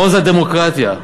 מעוז הדמוקרטיה.